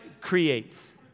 creates